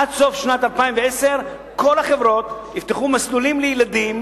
עד סוף שנת 2010 כל החברות יפתחו מסלולים לילדים,